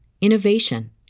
innovation